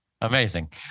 Amazing